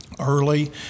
early